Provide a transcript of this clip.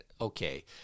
Okay